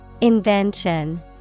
Invention